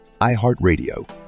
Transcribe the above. iHeartRadio